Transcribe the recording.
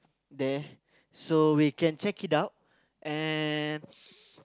there so we can check it out and